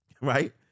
right